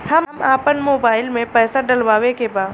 हम आपन मोबाइल में पैसा डलवावे के बा?